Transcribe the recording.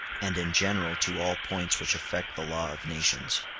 and in general to all points which affect the law of nations.